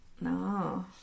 No